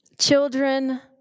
children